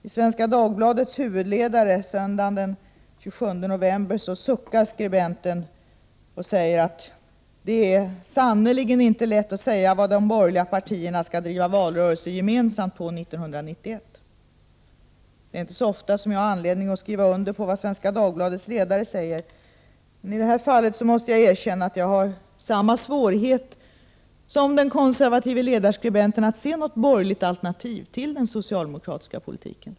I Svenska Dagbladets huvudledare, söndagen den 27 november, suckar skribenten och säger att det är ”sannerligen inte lätt att säga vad de tre borgerliga partierna skall driva valrörelse tillsammans på 1991”. Det är inte ofta jag har anledning att skriva under på vad Svenska Dagbladets ledare säger, men i det här fallet måste jag erkänna att jag har samma svårighet som den konservative ledarskribenten att se något borgerligt alternativ till den socialdemokratiska politiken.